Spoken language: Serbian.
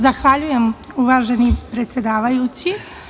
Zahvaljujem, uvaženi predsedavajući.